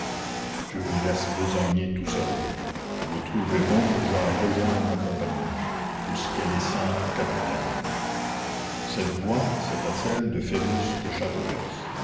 je vous laisse besogner tout seul vous trouverez bon que j'aille rejoindre ma compagnie pour ce qu'elle est sans capitaine cette voix c'était celle de phoebus de châteaupers